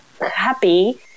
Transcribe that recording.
happy